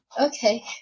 Okay